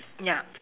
ya